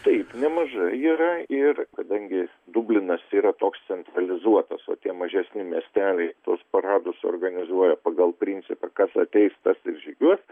taip nemaža yra ir kadangi dublinas yra toks centralizuotas o tie mažesni miesteliai tuos paradus organizuoja pagal principą kas ateis tas ir žygiuos